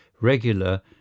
regular